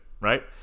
right